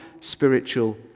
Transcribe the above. spiritual